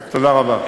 אז תודה רבה.